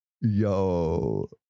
Yo